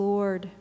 Lord